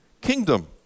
kingdom